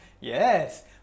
Yes